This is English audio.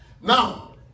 Now